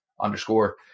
underscore